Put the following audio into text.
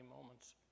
moments